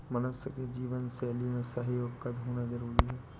मनुष्य की जीवन शैली में सहयोग का होना जरुरी है